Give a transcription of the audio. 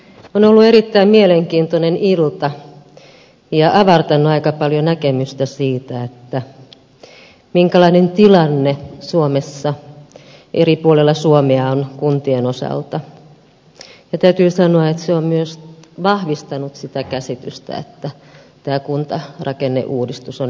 on ollut erittäin mielenkiintoinen ilta joka on avartanut aika paljon näkemystä siitä minkälainen tilanne suomessa eri puolilla suomea on kuntien osalta ja täytyy sanoa että se on myös vahvistanut sitä käsitystä että tämä kuntarakenneuudistus on aivan välttämätön